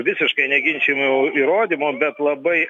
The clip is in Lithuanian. visiškai neginčijamų įrodymų bet labai